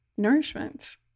nourishment